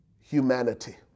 humanity